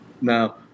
now